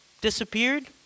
disappeared